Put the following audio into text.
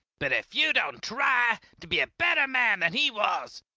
but if you don't try to be a better man than he was,